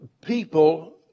people